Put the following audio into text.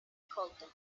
colton